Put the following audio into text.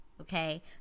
Okay